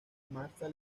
marta